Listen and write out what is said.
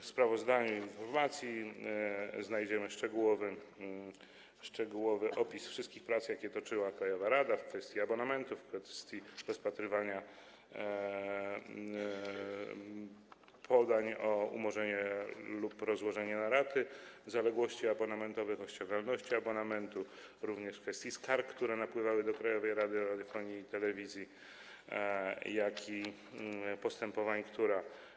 W sprawozdaniu i w informacji znajdziemy szczegółowy opis wszystkich prac, jakie prowadziła krajowa rada w kwestii abonamentów, w kwestii rozpatrywania podań o umorzenie lub rozłożenie na raty zaległości abonamentowych, o ściągalności abonamentu, również w kwestii skarg, które napływały do Krajowej Rady Radiofonii i Telewizji, jak i postępowań,